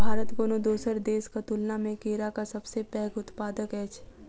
भारत कोनो दोसर देसक तुलना मे केराक सबसे पैघ उत्पादक अछि